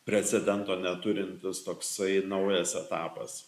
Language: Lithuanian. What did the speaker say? precedento neturintis toksai naujas etapas